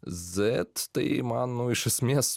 zet tai man nu iš esmės